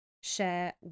share